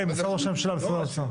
כן, משרד ראש הממשלה, משרד האוצר.